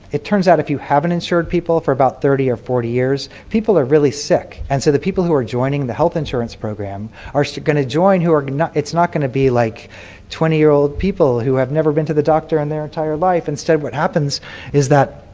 it turns out if you haven't insured people for about thirty or forty years, people are really sick. and so the people who are joining the health insurance program are going to join who are it's not going to be like twenty year old people who have never been to the doctor in their entire life. instead what happens is that